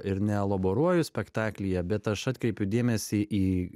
ir neloboruoju spektaklyje bet aš atkreipiu dėmesį į